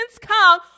come